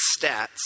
stats